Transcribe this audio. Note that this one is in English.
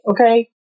Okay